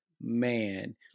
man